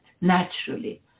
naturally